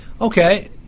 Okay